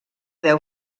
deu